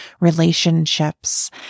relationships